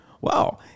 Wow